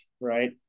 right